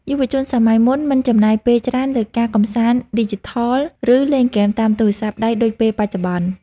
យុវជនសម័យមុនមិនចំណាយពេលច្រើនលើការកម្សាន្តឌីជីថល ឬលេងហ្គេមតាមទូរស័ព្ទដៃដូចពេលបច្ចុប្បន្ន។